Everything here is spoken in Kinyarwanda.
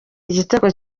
igitego